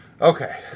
Okay